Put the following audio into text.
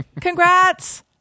Congrats